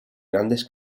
grandes